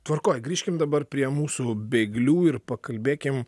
tvarkoj grįžkim dabar prie mūsų bėglių ir pakalbėkim